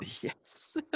Yes